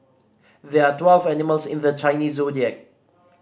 there are twelve animals in the Chinese Zodiac